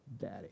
daddy